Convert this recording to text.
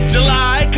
July